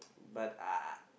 but uh